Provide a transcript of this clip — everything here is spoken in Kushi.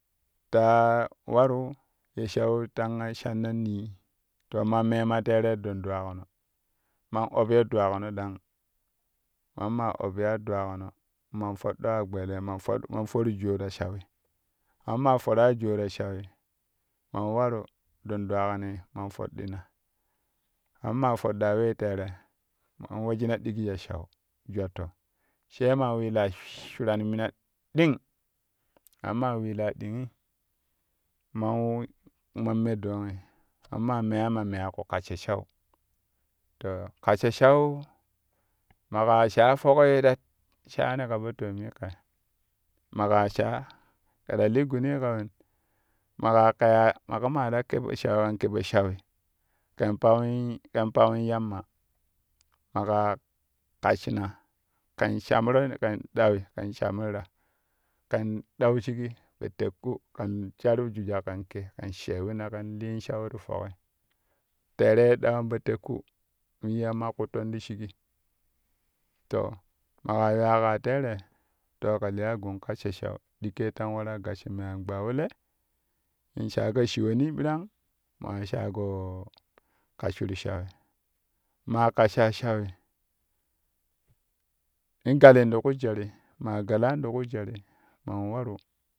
Taa waru ye shau tanga shanna nee to man mema teerei dan dwakuno maa oppyo dwakuno dang mamma oppyaa dwakuno man foɗɗo agbelo man for jaa ta shaui mamma foraa jaa ta shaui man waru dandwakunoi man foɗɗina mamma foɗɗaa wee teere man wejina ɗigi jwal shau to sai ma wilaa shuran mina ɗing mamma wilaa ɗingi man man me doongi mamma meyasa ma meyai ƙu kassho shau to kasshau maƙa sha foki ta shaani ka po toomi kɛ maƙa sha kɛ to li guni ka wen? Maƙa keyaa maƙo ma to kɛ po shaui kɛn ke po shaui kɛn pawl kɛn pawin yamma maƙa kasshina kɛn shamron kɛn ɗawi kɛn shamirna kɛn dau shigi po keƙƙu kɛn shar jujak kɛn ke kɛn shewina kɛn lin shaui ti foki teerei ɗawan po teƙku ye yamma kutton ti shigi to maƙa yuwa kaa teere to kɛ liya gun kassho shau digi tamg waraa gassho me an gbawule in shago shiwoni biran ma wari shago kasshuru shaui maa kassha shaui in galin ti ka jeri maa galan ti ku jeri man waru.